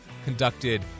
Conducted